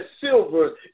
silver